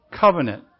covenant